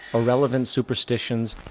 irrelevant superstitions,